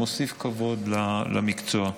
מוסיף כבוד למקצוע.